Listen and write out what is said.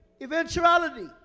eventuality